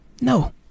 No